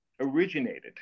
originated